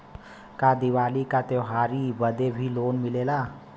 का दिवाली का त्योहारी बदे भी लोन मिलेला?